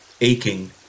aching